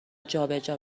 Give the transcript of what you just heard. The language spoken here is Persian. جابجا